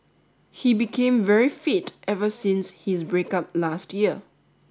he became very fit ever since his break up last year